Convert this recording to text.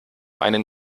einen